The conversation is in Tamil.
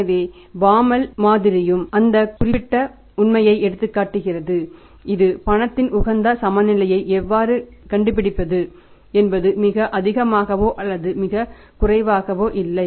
எனவே பாமால் இன் மாதிரியும் அந்த குறிப்பிட்ட உண்மையை எடுத்துக்காட்டுகிறது இது பணத்தின் உகந்த சமநிலையை எவ்வாறு கண்டுபிடிப்பது என்பது மிக அதிகமாகவோ அல்லது மிகக் குறைவாகவோ இல்லை